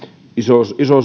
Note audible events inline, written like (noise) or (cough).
iso (unintelligible)